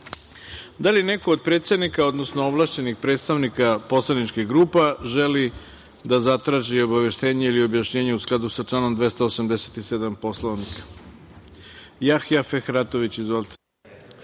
li neko od predsednika, odnosno ovlašćenih predstavnika poslaničkih grupa želi da zatraži obaveštenje ili objašnjenje u skladu sa članom 287. Poslovnika? Narodni poslanik Jahja Fehratović. Izvolite.